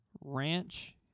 Ranch